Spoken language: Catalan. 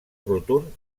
rotund